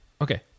okay